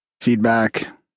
feedback